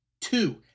Two-